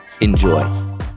Enjoy